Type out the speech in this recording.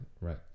right